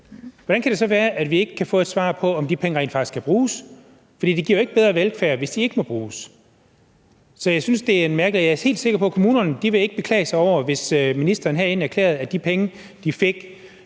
Hvordan kan det så være, at vi ikke kan få et svar på, om de penge rent faktisk skal bruges? For det giver jo ikke bedre velfærd, hvis de ikke må bruges. Så jeg synes, det er mærkeligt. Og jeg er helt sikker på, at kommunerne ikke ville beklage sig, hvis ministeren herinde erklærede, at de penge, de fik,